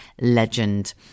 legend